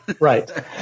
Right